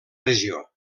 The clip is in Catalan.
regió